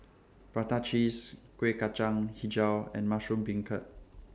Prata Cheese Kueh Kacang Hijau and Mushroom Beancurd